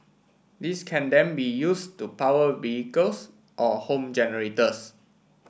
this can then be used to power vehicles or home generators